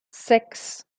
sechs